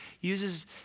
uses